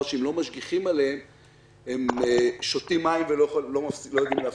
שאם לא משגיחים עליהם הם שותים מים ולא יודעים להפסיק,